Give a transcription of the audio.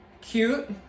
cute